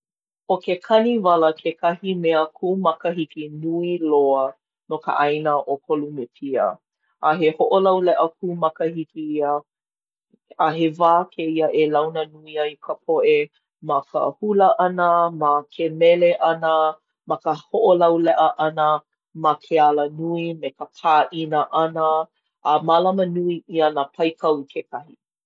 ʻO ke kaniwala kekahi mea kū makahiki nui loa no ka ʻāina ʻo Kolumepia. A he hoʻolauleʻa kū makahiki ia. A he wā kēia e launa nui ai ka poʻe ma ka hula ʻana, ma ke mele ʻana, ma ka hoʻolauleʻa ʻana ma ke alanui me ka pāʻina ʻana. A mālama nui ʻia nā paikau kekahi.